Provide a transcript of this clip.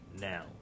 now